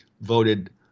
voted